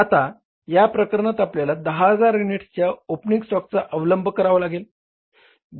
आता या प्रकरणात आपल्याला 10000 युनिट्सच्या ओपनिंग स्टॉकचा अवलंब करावा लागेल